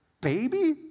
baby